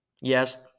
yes